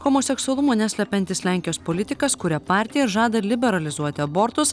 homoseksualumo neslepiantis lenkijos politikas kuria partiją žada liberalizuoti abortus